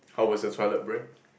how was your toilet break